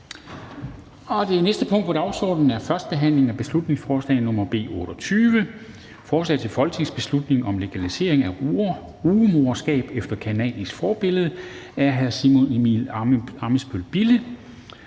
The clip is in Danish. --- Det næste punkt på dagsordenen er: 4) 1. behandling af beslutningsforslag nr. B 28: Forslag til folketingsbeslutning om legalisering af rugemoderskab efter canadisk forbillede. Af Simon Emil Ammitzbøll-Bille